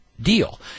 deal